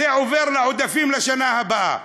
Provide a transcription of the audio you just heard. זה עובר לעודפים לשנה הבאה.